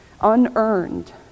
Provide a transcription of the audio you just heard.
unearned